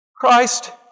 Christ